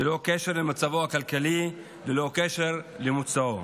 ללא קשר למצבו הכלכלי, ללא קשר למוצאו.